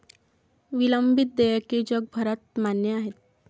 विलंबित देयके जगभरात मान्य आहेत